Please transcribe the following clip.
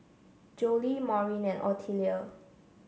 Jolie Maureen and Otelia